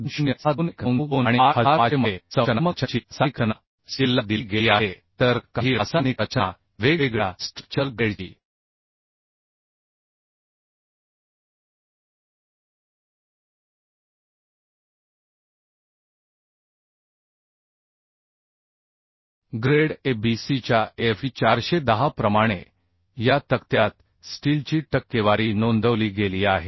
2062 1992 आणि 8500 मध्ये संरचनात्मक रचनेची रासायनिक रचना स्टीलला दिली गेली आहे तर काही रासायनिक रचना वेगवेगळ्या स्ट्रक्चरल ग्रेडची ग्रेड A BC च्या Fe 410 प्रमाणे या तक्त्यात स्टीलची टक्केवारी नोंदवली गेली आहे